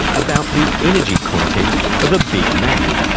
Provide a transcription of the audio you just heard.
about the energy content of a big mac.